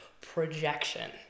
projection